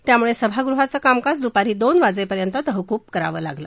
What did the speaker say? त्यामुळे सभागृहाचं कामकाज दुपारी दोन वाजेपर्यंत तहकूब करावं लागलं